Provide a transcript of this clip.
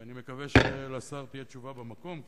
ואני מקווה שלשר תהיה תשובה במקום,